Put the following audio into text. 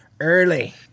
early